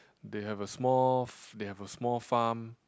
they have a small f~ they have a small farm